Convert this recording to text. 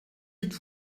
êtes